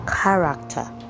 character